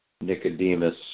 Nicodemus